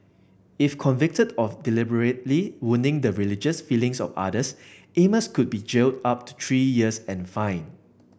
if convicted of deliberately wounding the religious feelings of others Amos could be jailed up to three years and fined